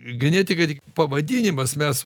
genetika tik pavadinimas mes